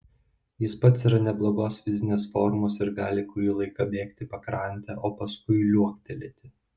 jis pats yra neblogos fizinės formos ir gali kurį laiką bėgti pakrante o paskui liuoktelėti